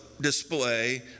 display